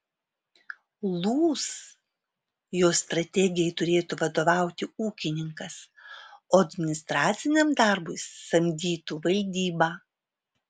lūs jos strategijai turėtų vadovauti ūkininkas o administraciniam darbui samdytų valdybą